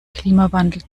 klimawandel